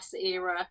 era